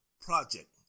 project